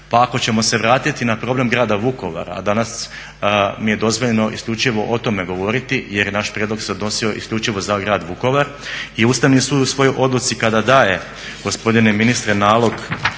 Pa ako ćemo se vratiti na problem Grada Vukovara, a danas mi je dozvoljeno isključivo o tome govoriti, jer se naš prijedlog odnosio isključivo za Grad Vukovar i Ustavni sud u svojoj odluci kada daje gospodine ministre nalog